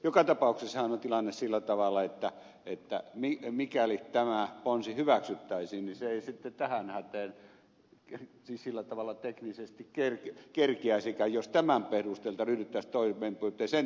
joka tapauksessa se tilannehan on sillä tavalla että mikäli tämä ponsi hyväksyttäisiin niin se ei sitten tähän hätään siis sillä tavalla teknisesti kerkiäisikään jos tämän perusteelta ryhdyttäisiin toimenpiteisiin